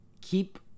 keep